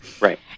Right